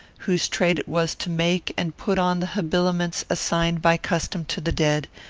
whose trade it was to make and put on the habiliments assigned by custom to the dead,